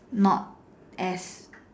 not as